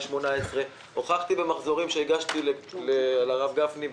2018. הוכחתי במחזורים שהגשתי לרב גפני,